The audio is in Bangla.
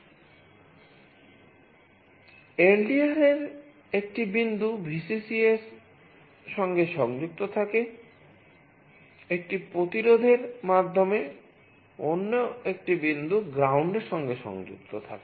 LDR এর একটি বিন্দু Vcc এর সাথে সংযুক্ত থাকে একটি প্রতিরোধের মাধ্যমে অন্য একটি বিন্দু ground এর সাথে সংযুক্ত থাকে